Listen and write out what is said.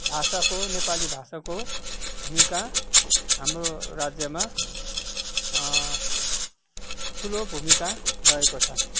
भाषाको नेपाली भाषाको भूमिका हाम्रो राज्यमा ठुलो भूमिका रहेको छ